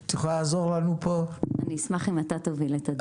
אני אשמח אם אתה תוביל את הדיון.